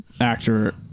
actor